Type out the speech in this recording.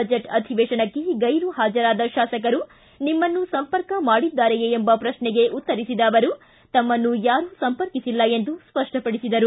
budget ಅಧಿವೇಶನಕ್ಕೆ ಗೈರು ಹಾಜರಾದ ಶಾಸಕರು ನಿಮ್ಮನ್ನು ಸಂಪರ್ಕ ಮಾಡಿದ್ದಾರೆಯೇ ಎಂಬ ಪ್ರಶ್ನೆಗೆ ಉತ್ತರಿಸಿದ ಅವರು ತಮ್ಮನ್ನು ಯಾರು ಸಂಪರ್ಕಿಸಿಲ್ಲ ಎಂದು ಸ್ಪಷ್ಷಪಡಿಸಿದರು